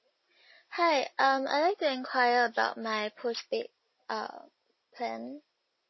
hi um I like to enquire about my postpaid uh plan